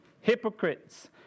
hypocrites